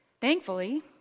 Thankfully